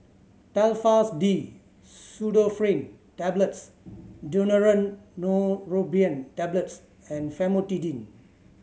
Telfast D Pseudoephrine Tablets Daneuron Neurobion Tablets and Famotidine